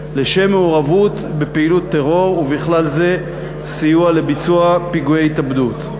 לשם מעורבות בפעילות טרור ובכלל זה סיוע לביצוע פיגועי התאבדות.